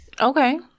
Okay